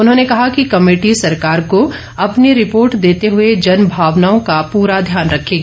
उन्होंने कहा कि कमेटी सरकार को अपनी रिपोर्ट देते हुए जन भावनाओं का पूरा ध्यान रखेगी